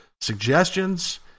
Suggestions